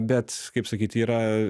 bet kaip sakyt yra